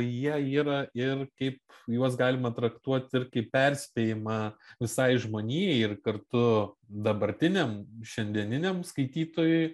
jie yra ir kaip juos galima traktuot ir kaip perspėjimą visai žmonijai ir kartu dabartiniam šiandieniniam skaitytojui